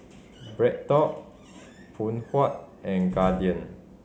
BreadTalk Phoon Huat and Guardian